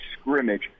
scrimmage